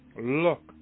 Look